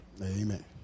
Amen